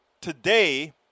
Today